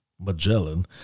Magellan